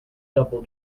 double